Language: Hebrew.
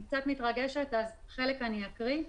אני קצת מתרגשת ולכן חלק מהדברים אני אקריא.